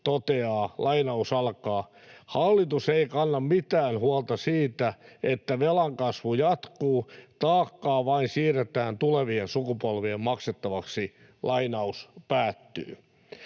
toteaa: ”Hallitus ei kanna mitään huolta siitä, että velan kasvu jatkuu, taakkaa vain siirretään tulevien sukupolvien maksettavaksi.” Hallitus ei